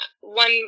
one